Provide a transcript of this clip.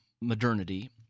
modernity